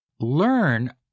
learn